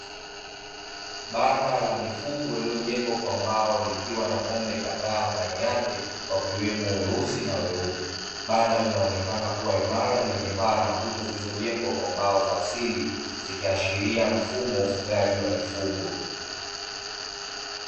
Banda la mifugo lililojengwa kwa mbao, likiwa na ng'ombe kadhaa ndani yake; wakiwemo weusi na weupe. Banda linaonekana kuwa imara, lenye paa na ukuta zilizojengwa kwa mbao za asili; zikiashiria mfumo wa ufugaji wa mifugo.